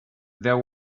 there